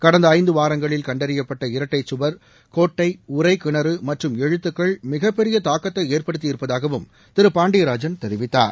கடந்த ஐந்து வாரங்களில் கண்டறியப்பட்ட இரட்டை சுவர் கோட்டை உறை கிணறு மற்றும் எழுத்துக்கள் மிகப்பெரிய தாக்கத்தை ஏற்படுத்தியிருப்பதாகவும் திரு பாண்டியராஜன் தெரிவித்தார்